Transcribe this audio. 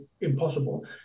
impossible